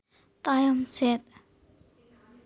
ᱛᱟᱭᱚᱢ ᱥᱮᱫ